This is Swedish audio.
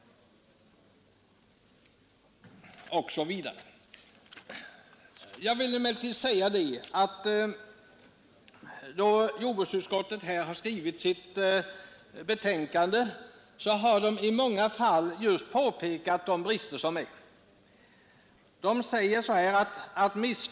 Jordbruksutskottet har i sitt betänkande i många fall påtalat de brister förhållanden inom animalieproduk som finns.